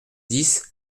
dix